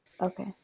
Okay